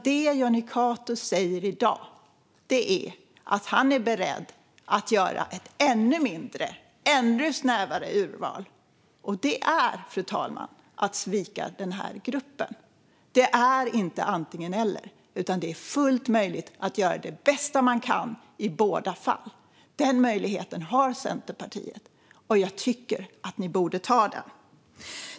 Det Jonny Cato säger i dag är att han är beredd att göra ett ännu mindre, ännu snävare, urval. Det är, fru talman, att svika den här gruppen. Det är inte antigen eller, utan det är fullt möjligt att göra det bästa man kan i båda fallen. Den möjligheten har Centerpartiet. Jag tycker att ni borde ta den.